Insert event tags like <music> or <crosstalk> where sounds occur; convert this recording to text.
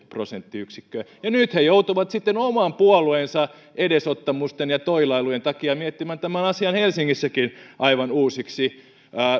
<unintelligible> prosenttiyksikköä ja nyt he joutuvat sitten oman puolueensa edesottamusten ja toilailujen takia miettimään tämän asian helsingissäkin aivan uusiksi